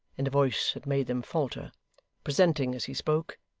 in a voice that made them falter presenting, as he spoke,